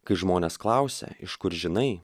kai žmonės klausia iš kur žinai